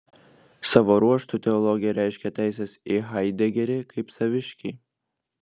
savo ruožtu teologija reiškė teises į haidegerį kaip saviškį